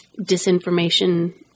disinformation